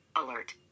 Alert